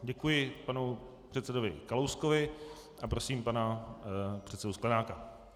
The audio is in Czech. Děkuji panu předsedovi Kalouskovi a prosím pana předsedu Sklenáka.